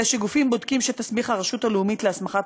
אלא גופים בודקים שתסמיך הרשות הלאומית להסמכת